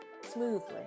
smoothly